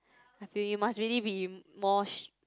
I feel you must really be more